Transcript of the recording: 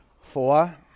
four